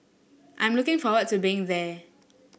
I'm looking forward to being there